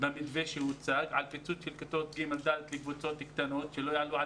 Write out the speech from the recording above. - במתווה שהוצג לקבוצות קטנות שלא יעלו על